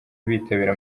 bitabira